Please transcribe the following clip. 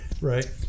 right